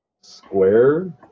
Square